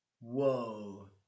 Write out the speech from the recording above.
Whoa